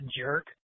jerk